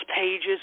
pages